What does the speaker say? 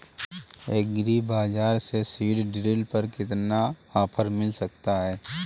Agree बाजार से seed drill पर कितना ऑफर मिल सकता है?